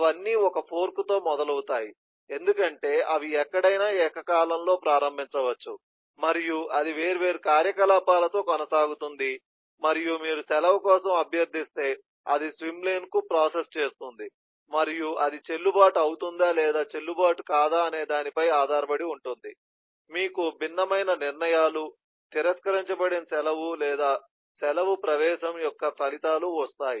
అవన్నీ ఒక ఫోర్క్ తో మొదలవుతాయి ఎందుకంటే అవి ఎక్కడైనా ఏకకాలంలో ప్రారంభించవచ్చు మరియు అది వేర్వేరు కార్యకలాపాలతో కొనసాగుతుంది మరియు మీరు సెలవు కోసం అభ్యర్థిస్తే అది స్విమ్ లేన్ కు ప్రాసెస్ చేస్తుంది మరియు అది చెల్లుబాటు అవుతుందా లేదా చెల్లుబాటు కాదా అనే దానిపై ఆధారపడి ఉంటుంది మీకు భిన్నమైన నిర్ణయాలు తిరస్కరించబడిన సెలవు లేదా సెలవు ప్రవేశం యొక్క ఫలితాలు ఉంటాయి